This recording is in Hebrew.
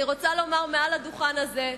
אני רוצה לומר מעל הדוכן הזה: